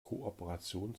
kooperation